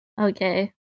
Okay